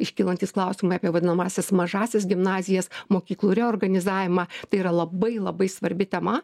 iškylantys klausimai apie vadinamąsias mažąsias gimnazijas mokyklų reorganizavimą tai yra labai labai svarbi tema